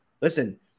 listen –